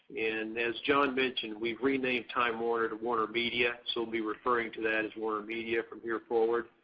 and as john mentioned, we renamed time warner to warnermedia, so we'll be referring to that as warnermedia from here forward.